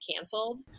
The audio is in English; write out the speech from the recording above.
canceled